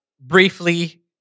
briefly